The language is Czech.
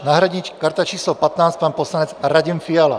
Náhradní karta číslo 15 pan poslanec Radim Fiala.